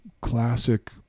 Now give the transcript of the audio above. classic